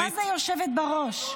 מה זה יושבת בראש?